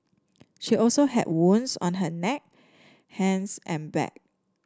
she also had wounds on her neck hands and back